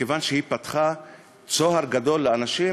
מכיוון שהיא פתחה צוהר גדול לאנשים